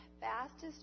fastest